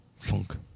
Funk